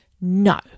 No